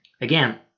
Again